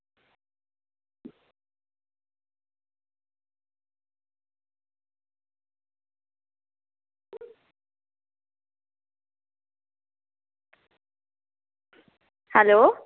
hello